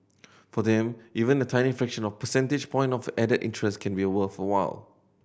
for them even a tiny fraction of percentage point of added interest can be worthwhile